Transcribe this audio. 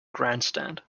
grandstand